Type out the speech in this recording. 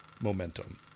momentum